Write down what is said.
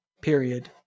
period